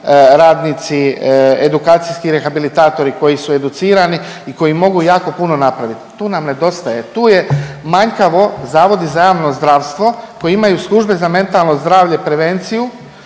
radnici, edukacijski rehabilitatori koji su educirani i koji mogu jako puno napraviti. Tu nam nedostaje, tu je manjkavo Zavodi za javno zdravstvo koji imaju službe za mentalno zdravlje, prevenciju